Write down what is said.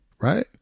Right